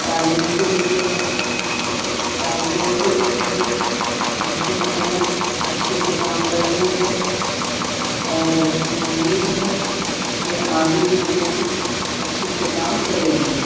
تعلیم کو لے کے ہے ٹرانسپوٹ کو لے کے ہے جس پہ حکومت اچھے سے کام کر رہی ہے اور ہمیں امید ہے کہ آگے بھی حکومت اچھے سے کام کرے گی